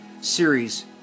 series